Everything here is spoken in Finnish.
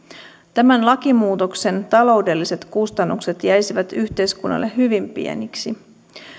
tämän lakimuutoksen taloudelliset kustannukset jäisivät yhteiskunnalle hyvin pieniksi